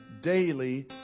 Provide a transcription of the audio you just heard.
daily